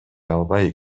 албай